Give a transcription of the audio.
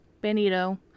Benito